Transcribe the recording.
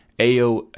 AO